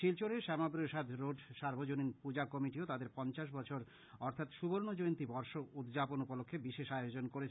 শিলচরের শ্যামাপ্রসাদ রোড সার্বজনীন পূজা কমিটিও তাদের পঞ্চাশ বৎসর অর্থাৎ সুবর্ণ জয়ন্তী বর্ষ উদ্যাপন উপলক্ষে বিশেষ আয়োজন করেছে